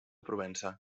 provença